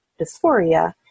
dysphoria